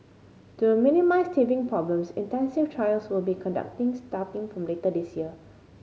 to minimise teething problems intensive trials will be conducting starting from later this year